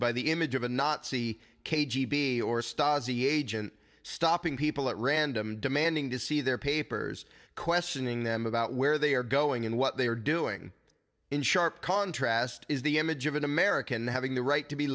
by the image of a nazi k g b or stasi agent stopping people at random demanding to see their papers questioning them about where they are going and what they are doing in sharp contrast is the image of an american having the right to be